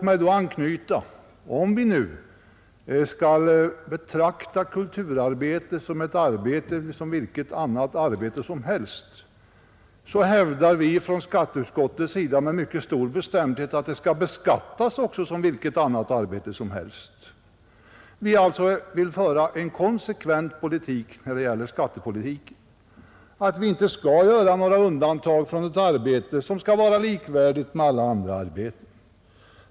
Men om kulturarbetet skall betraktas som vilket annat arbete som helst hävdar vi från skatteutskottets sida med mycket stor bestämdhet att det också skall beskattas som vilket annat arbete som helst. Vi vill alltså föra en konsekvent skattepolitik och inte göra några undantag för ett arbete som skall vara likvärdigt med alla andra arbeten.